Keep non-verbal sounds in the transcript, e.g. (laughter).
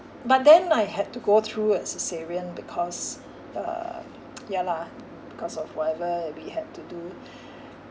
but then I had to go through a cesarean because uh (noise) ya lah because of whatever we have to do